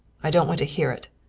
i don't want to hear it.